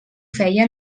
feia